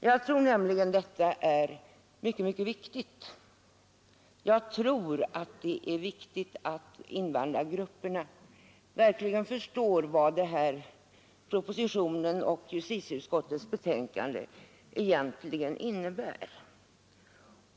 Jag tror att det är viktigt att invandrargrupperna verkligen förstår vad propositionen och justitieutskottets betänkande egentligen innebär.